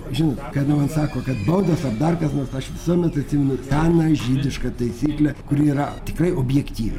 žinot kada man sako kad baudos ar dar kas nors aš visuomet atsimenu seną žydišką taisyklę kuri yra tikrai objektyvi